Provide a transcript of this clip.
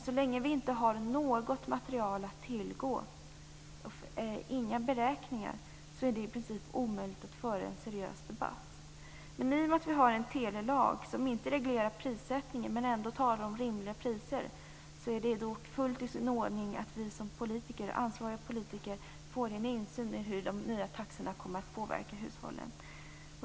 Så länge vi inte har några beräkningar att tillgå är det i princip omöjligt att föra en seriös debatt. Men i och med att vi har en telelag som inte reglerar prissättningen men ändå talar om rimliga priser är det fullt i sin ordning att vi som ansvariga politiker får en insyn i hur de nya taxorna kommer att påverka hushållen.